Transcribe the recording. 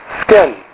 Skin